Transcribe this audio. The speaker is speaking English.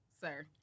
sir